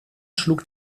schlug